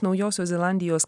naujosios zelandijos